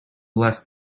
less